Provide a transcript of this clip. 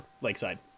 lakeside